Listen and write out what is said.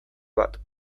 bat